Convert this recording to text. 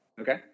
Okay